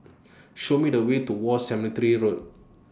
Show Me The Way to War Cemetery Road